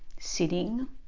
sitting